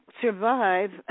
survive